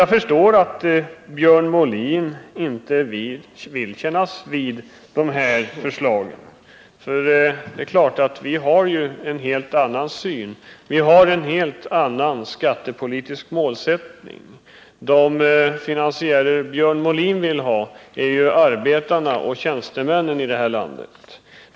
Jag förstår att Björn Molin inte vill kännas vid de här förslagen. Vi har en helt annan skattepolitisk målsättning än folkpartiet. De finansiärer Björn Molin vill ha är arbetarna och tjänstemännen här i landet.